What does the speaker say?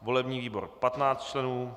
volební výbor 15 členů